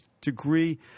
degree